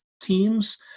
teams